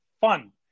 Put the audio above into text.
fun